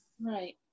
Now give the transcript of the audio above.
Right